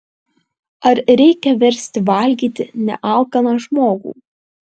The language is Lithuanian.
ar reikia versti valgyti nealkaną žmogų